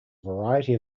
variety